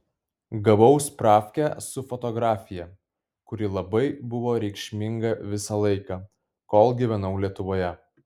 gavau spravkę su fotografija kuri labai buvo reikšminga visą laiką kol gyvenau lietuvoje